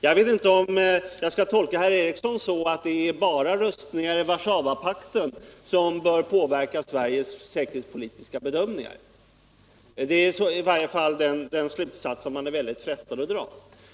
Jag vet inte om jag skall tolka herr Ericson så, att det bara är rustningarna i Warszawapaktens länder som bör påverka Sveriges säkerhetspolitiska bedömningar, men det är i varje fall en slutsats man är väldigt frestad att dra.